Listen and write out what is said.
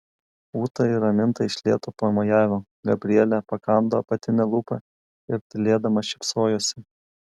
ūta ir raminta iš lėto pamojavo gabrielė pakando apatinę lūpą ir tylėdama šypsojosi